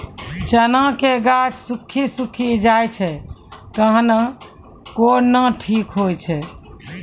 चना के गाछ सुखी सुखी जाए छै कहना को ना ठीक हो छै?